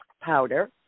powder